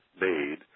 made